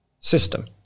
system